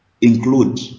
include